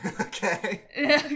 Okay